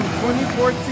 2014